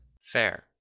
Fair